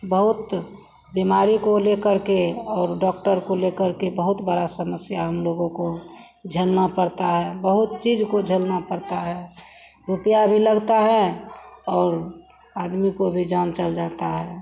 बहुत बीमारी को लेकर के और डॉक्टर को लेकर के बहुत बड़ी समस्या हमलोगों को झेलनी पड़ती है बहुत चीज़ को झेलनी पड़ती है रुपया भी लगता है और आदमी की भी जान चली जाती है